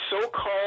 so-called